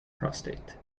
prostate